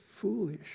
foolish